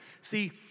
See